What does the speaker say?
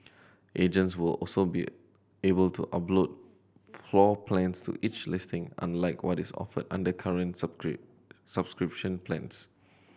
agents will also be able to upload floor plans to each listing unlike what is offered under current subscription plans